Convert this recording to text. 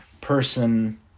person